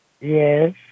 Yes